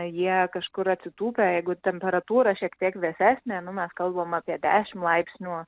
jie kažkur atsitūpę jeigu temperatūra šiek tiek vėsesnė nu mes kalbam apie dešimt laipsnių